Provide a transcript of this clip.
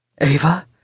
Ava